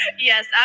yes